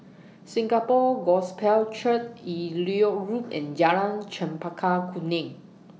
Singapore Gospel Church Elliot Road and Jalan Chempaka Kuning